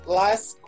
last